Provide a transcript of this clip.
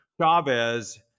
Chavez